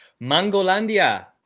Mangolandia